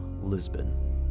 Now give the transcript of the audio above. Lisbon